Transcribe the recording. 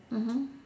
mmhmm